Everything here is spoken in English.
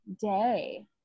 day